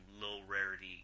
low-rarity